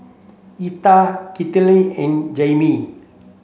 Yetta Citlali and Jaimee